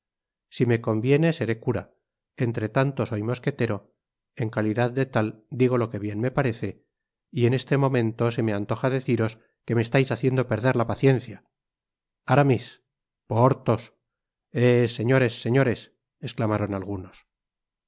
si me conviene seré cura entre tanto soy mosquetero en calidad de tal digo lo que bien me parece y en este momento se me antoja deciros que me estais haciendo perder la paciencia aramis porthos eh señores señores esclamaron algunos